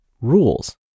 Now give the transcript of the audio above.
rules